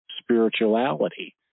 spirituality